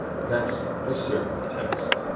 that's a certain text.